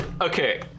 Okay